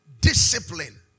Discipline